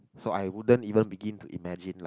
so I wouldn't even begin to imagine like